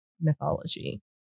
mythology